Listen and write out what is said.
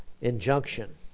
injunction